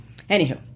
Anywho